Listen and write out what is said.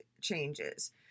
changes